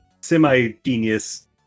semi-genius